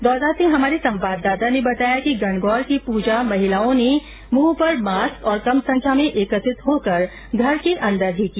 दौसा से हमारे संवाददाता ने बताया कि गणगौर की पूजा महिलाओं ने मुंह पर मास्क और कम संख्या में एकत्रित होकर घर के अंदर ही की